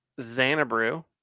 Xanabrew